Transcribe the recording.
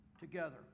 together